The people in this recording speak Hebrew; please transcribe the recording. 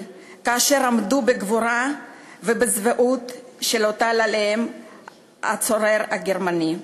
כאשר עמדו בגבורה בזוועות שהטיל עליהם הצורר הגרמני.